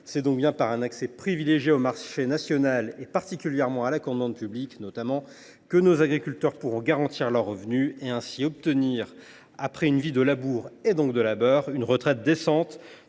C’est par un accès privilégié au marché national et, particulièrement, à la commande publique que nos agriculteurs pourront garantir leurs revenus et, ainsi, obtenir, après une vie de labour et de labeur, une retraite décente.